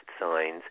signs